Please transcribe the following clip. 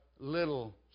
little